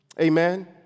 Amen